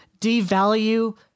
devalue